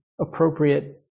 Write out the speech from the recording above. appropriate